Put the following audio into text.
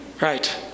right